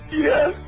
Yes